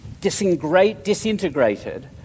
disintegrated